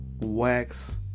wax